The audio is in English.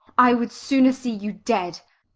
i would sooner see you dead.